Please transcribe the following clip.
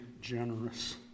generous